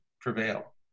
prevail